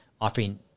offering